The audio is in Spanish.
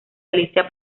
alicia